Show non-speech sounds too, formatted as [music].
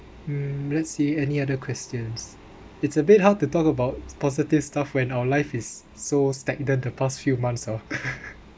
um let's see any other questions it's a bit hard to talk about positive stuff when our life is so stagnant the past few months ah [laughs]